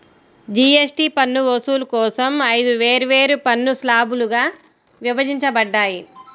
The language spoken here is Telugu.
జీఎస్టీ పన్ను వసూలు కోసం ఐదు వేర్వేరు పన్ను స్లాబ్లుగా విభజించబడ్డాయి